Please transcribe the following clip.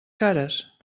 cares